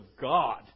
God